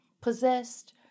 Possessed